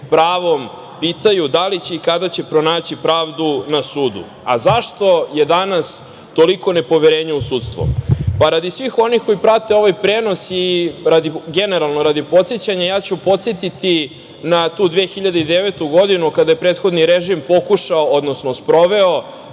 pravom pitaju da li će i kada će pronaći pravdu na sudu.Zašto je danas toliko nepoverenje u sudstvo? Radi svih onih koji prate ovaj prenos i generalno radi podsećanja, ja ću podsetiti na tu 2009. godinu, kada je prethodni režim pokušao, odnosno sproveo,